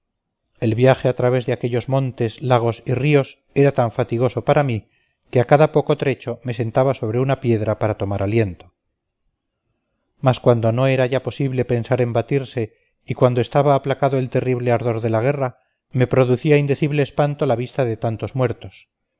el viaje al través de aquellos montes lagos y ríos era tan fatigoso para mí que a cada poco trecho me sentaba sobre una piedra para tomar aliento mas cuando no era ya posible pensar en batirse y cuando estaba aplacado el terrible ardor de la guerra me producía indecible espanto la vista de tantos muertos